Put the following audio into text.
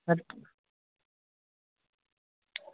अ